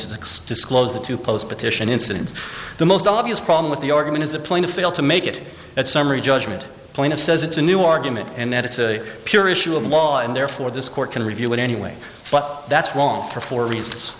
to disclose that to post petition incidents the most obvious problem with the argument is the plan to fail to make it that summary judgment plaintiff says it's a new argument and that it's a pure issue of law and therefore this court can review it anyway but that's wrong for four reasons